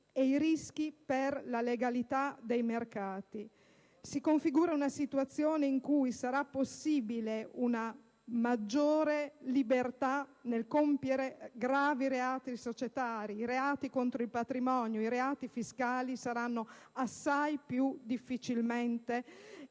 e i rischi per la legalità dei mercati. Si configura una situazione in cui sarà possibile una maggiore libertà nel compiere gravi reati societari; i reati contro il patrimonio e i reati fiscali non saranno intercettabili e